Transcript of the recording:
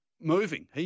moving